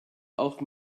auch